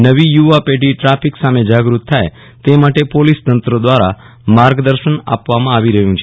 નવી યૂવા પેઢી ટ્રાફીક સામે જાગત થાય ત માટે પોલીસ તંત્ર દવારા માર્ગદર્શન આપવામાં આવો રહયું છે